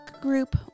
group